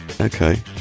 Okay